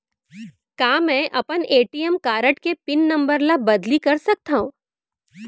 का मैं अपन ए.टी.एम कारड के पिन नम्बर ल बदली कर सकथव?